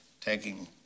taking